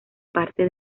parte